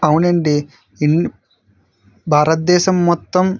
అవునండి ఇన్ భారతదేశం మొత్తం